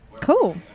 Cool